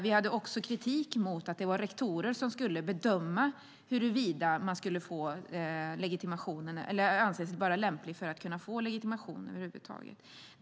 Vi hade också kritik mot att det var rektorer som skulle bedöma huruvida man skulle anses lämplig att få legitimation över huvud taget.